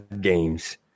games